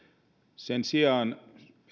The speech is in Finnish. sen sijaan